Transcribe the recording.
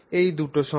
এই দুটি সমান